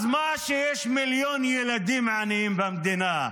אז מה שיש מיליון ילדים עניים במדינה?